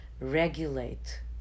regulate